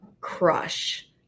crush